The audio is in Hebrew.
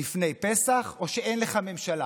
לפני פסח או שאין לך ממשלה.